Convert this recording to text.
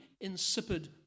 insipid